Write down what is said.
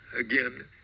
again